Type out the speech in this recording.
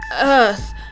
earth